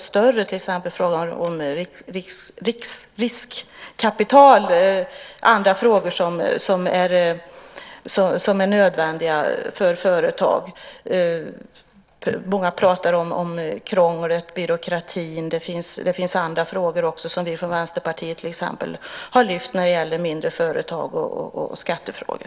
Det gäller till exempel frågan om riskkapital och annat som är nödvändigt för företag. Många pratar om krånglet och byråkratin, och det finns också andra frågor som till exempel vi från Vänsterpartiet har lyft fram när det gäller mindre företag och skattefrågor.